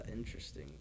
Interesting